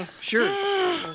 Sure